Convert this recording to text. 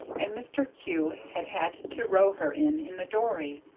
and mr. kew had had to row her in in the dory.